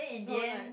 whole night